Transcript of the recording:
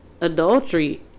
Adultery